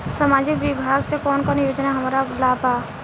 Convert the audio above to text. सामाजिक विभाग मे कौन कौन योजना हमरा ला बा?